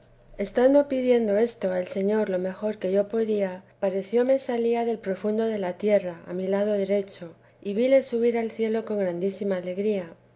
estando pidiendo esto al señor lo mejor que yo podía parecióme salía del profundo de la tierra a mi lado derecho y vile subir al cielo con grandísima alegría